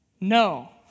No